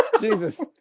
jesus